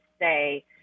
say